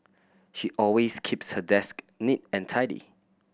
she always keeps her desk neat and tidy